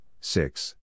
six